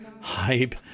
hype